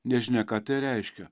nežinia ką tai reiškia